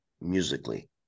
musically